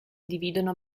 dividono